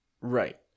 Right